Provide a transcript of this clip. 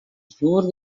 зур